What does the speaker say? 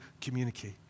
communicate